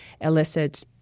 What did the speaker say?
elicit